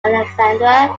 alexandria